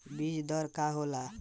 बीज दर का होला?